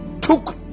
took